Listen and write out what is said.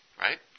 right